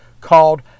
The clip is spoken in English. called